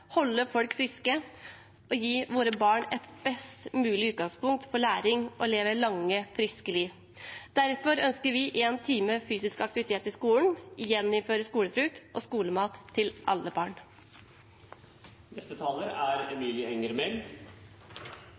holde folk friske og gi våre barn et best mulig utgangspunkt for læring og for å leve et langt og friskt liv. Derfor ønsker vi én time fysisk aktivitet i skolen og å gjeninnføre skolefrukt og skolemat til alle barn.